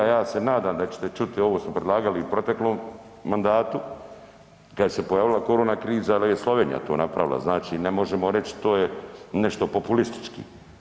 Ja se nadam da ćete čuti ovo što smo predlagali u proteklom mandatu kada se pojavila korona kriza, ali je i Slovenija to napravila, znači ne možemo reći to je nešto populistički.